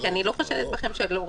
אני לא חושדת בכם שלא רציתם.